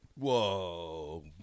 Whoa